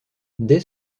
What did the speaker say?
dès